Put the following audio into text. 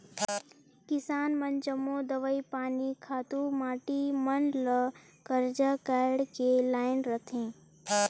किसान मन जम्मो दवई पानी, खातू माटी मन ल करजा काएढ़ के लाएन रहथें